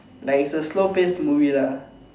like it's a slow paced movie lah